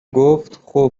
گفتخوب